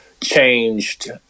changed